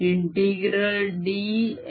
Ar04πjr।r r।dV04πjr